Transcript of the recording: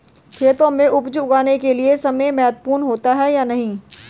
खेतों में उपज उगाने के लिये समय महत्वपूर्ण होता है या नहीं?